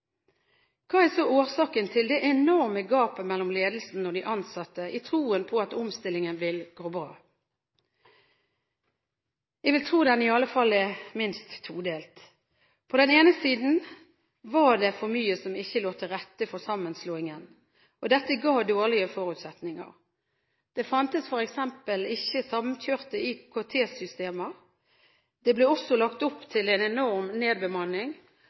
Hva er årsaken til det enorme gapet mellom ledelsen og de ansatte i troen på at omstillingen vil gå bra? Jeg vil tro den er minst todelt: På den ene siden var det for mye som ikke lå til rette for sammenslåingen, og dette ga dårlige forutsetninger. Det fantes f.eks. ikke samkjørte IKT-systemer, det ble også lagt opp til en enorm nedbemanning,